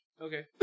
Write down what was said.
Okay